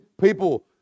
people